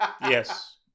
Yes